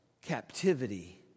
captivity